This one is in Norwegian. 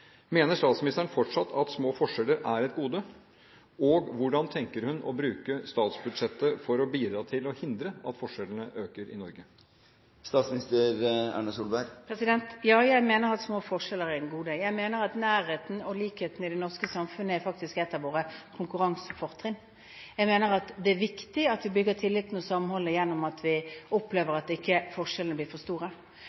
Mener statsministeren fortsatt at små forskjeller er et gode, og hvordan tenker hun å bruke statsbudsjettet for å bidra til å hindre at forskjellene øker i Norge? Ja, jeg mener at små forskjeller er et gode. Jeg mener at nærheten og likheten i det norske samfunnet faktisk er et av våre konkurransefortrinn. Jeg mener det er viktig at vi bygger tilliten og samholdet slik at vi